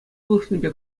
пулӑшнипе